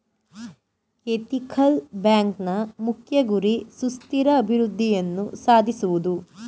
ethical ಬ್ಯಾಂಕ್ನ ಮುಖ್ಯ ಗುರಿ ಸುಸ್ಥಿರ ಅಭಿವೃದ್ಧಿಯನ್ನು ಸಾಧಿಸುವುದು